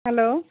hello